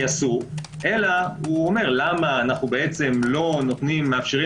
אלא הוא אומר למה אנחנו בעצם לא מאפשרים